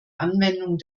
anwendung